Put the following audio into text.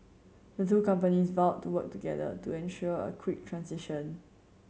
the two companies vowed to work together to ensure a quick transition